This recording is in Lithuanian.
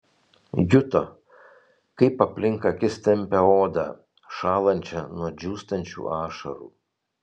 juto kaip aplink akis tempia odą šąlančią nuo džiūstančių ašarų